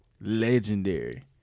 legendary